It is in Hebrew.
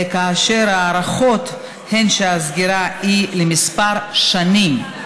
וההערכות הן שהסגירה היא לכמה שנים.